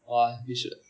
!wah! you should